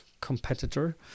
competitor